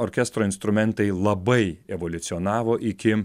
orkestro instrumentai labai evoliucionavo iki